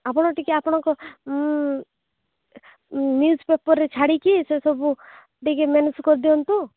ଆପଣ ଟିକେ ଆପଣଙ୍କ ନ୍ୟୁଜ୍ ପେପର୍ରେ ଛାଡ଼ିକି ସେସବୁ ଟିକେ ମ୍ୟାନେଜ୍ କରି ଦିଅନ୍ତୁ